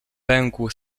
pękł